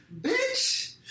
bitch